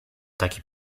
taki